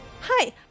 Hi